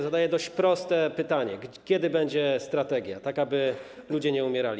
Zadaję dość proste pytanie: Kiedy będzie strategia, tak aby ludzie nie umierali?